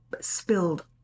spilled